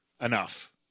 enough